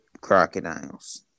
crocodiles